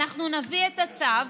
אנחנו נביא את הצו,